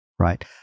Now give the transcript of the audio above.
Right